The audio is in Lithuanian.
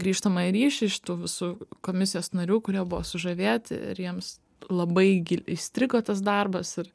grįžtamąjį ryšį šitų visų komisijos narių kurie buvo sužavėti ir jiems labai gil įstrigo tas darbas ir